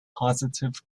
positive